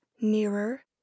nearer